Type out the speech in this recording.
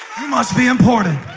must be important